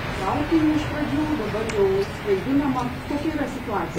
traukiniu iš pradžių dabar jau skraidinama kokia yra situacija